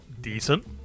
decent